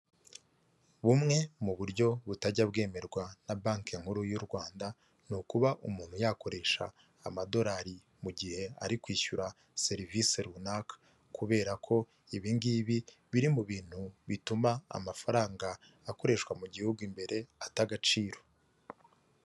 Bumwe mu buryo butajya bwemerwa na banki nkuru y'u Rwanda ni ukuba umuntu yakoresha amadorari mu gihe ari kwishyura serivise runaka kubera ko ibi ngibi biri mu bintu bituma amafaranga akoreshwa mu gihugu imbere ata agaciro.